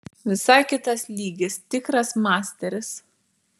visai kitas lygis tikras masteris